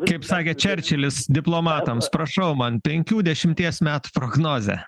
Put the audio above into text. toliau kaip sakė čerčilis diplomatams prašau man penkių dešimties metų prognozę